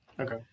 Okay